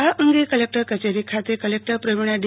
આ અંગે કલેકટર કચેરી ખાતે કલેકટર પ્રવિણા ડી